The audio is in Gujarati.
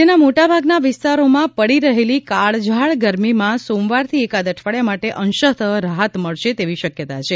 રાજયના મોટાભાગના વિસ્તારોમાં પડી રહેલી કાળઝાળ ગરમીમાં સોમવારથી એકાદ અઠવાડીયા માટે અંશતઃ રાહત મળશે તેવી શકયતા છે